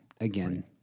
again